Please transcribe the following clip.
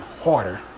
harder